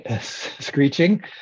screeching